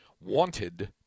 wanted